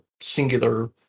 singular